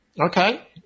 Okay